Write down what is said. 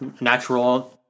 natural